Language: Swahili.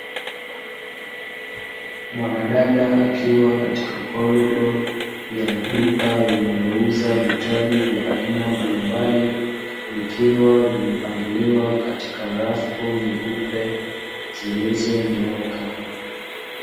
Mwanadada akiwa katika korido ya duka linalouza vitabu vya aina mbalimbali, vikiwa vimepangiliwa katika rafu nyeupe zilizonyooka.